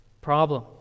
problem